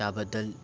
त्याबद्दल